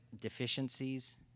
deficiencies